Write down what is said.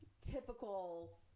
typical